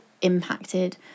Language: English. impacted